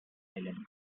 island